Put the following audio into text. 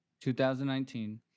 2019